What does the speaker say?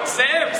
זאב,